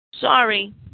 Sorry